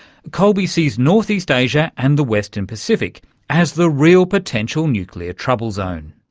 colby sees northeast asia and the western pacific as the real potential nuclear trouble zone.